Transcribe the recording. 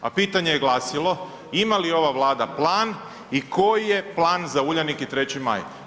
A pitanje je glasilo, ima li ova Vlada plan i koji je plan za Uljanik i 3. Maj?